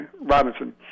Robinson